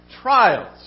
trials